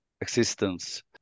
existence